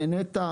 נת"ע,